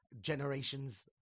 generations